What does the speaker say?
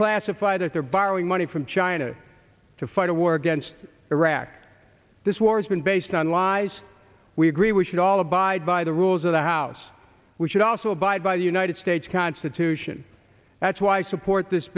classify that they're borrowing money from china to fight a war against iraq this war's been based on lies we agree we should all abide by the rules of the house we should also abide by the united states constitution that's why i support this